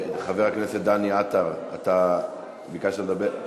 חבר הכנסת דניאל עטר, ביקשת לדבר.